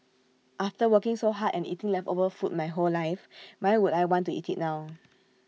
after working so hard and eating leftover food my whole life why would I want to eat IT now